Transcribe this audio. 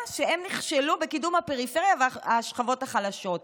שהם נכשלו בקידום הפריפריה והשכבות החלשות.